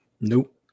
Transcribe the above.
Nope